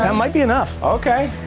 um might be enough. okay.